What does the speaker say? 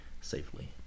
safely